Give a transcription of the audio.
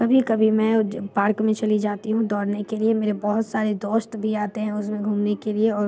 कभी कभी मैं पार्क में चली जाती हूँ दौड़ने के लिए मेरे बहुत सारे दोस्त भी आते हैं उस में घूमने के लिए और